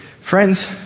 Friends